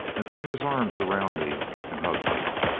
and fling his arms around me and hug me.